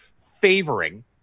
favoring